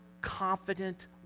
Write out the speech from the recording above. confident